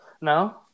No